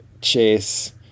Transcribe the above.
chase